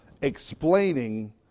explaining